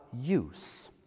use